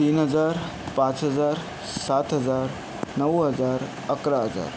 तीन हजार पाच हजार सात हजार नऊ हजार अकरा हजार